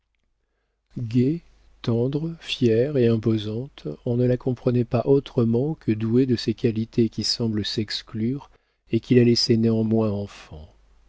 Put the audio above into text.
tendre fière et imposante on ne la comprenait pas autrement que douée de ces qualités qui semblent s'exclure et qui la laissaient néanmoins enfant